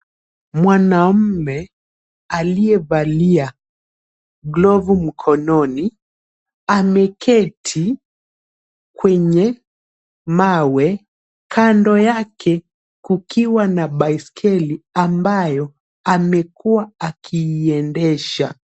Mwanamume aliyevalia glovu mkononi ameketi kwenye mawe kando yake kukiwa na baisikeli ambayo amekuwa akiiendesha.